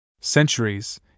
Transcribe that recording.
Centuries